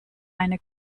eine